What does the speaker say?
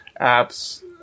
apps